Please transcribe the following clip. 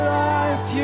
life